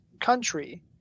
country